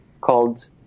called